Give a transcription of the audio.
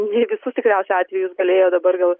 ne visus tikriausiai atvejus galėjo dabar gal